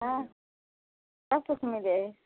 हँ सभ किछु मिलैया